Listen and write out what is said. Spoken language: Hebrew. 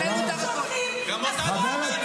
אתם שולחים עשרות שאילתות.